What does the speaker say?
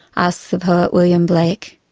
asks the poet william blake.